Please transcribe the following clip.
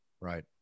Right